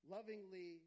Lovingly